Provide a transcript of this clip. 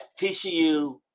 TCU